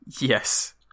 Yes